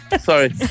Sorry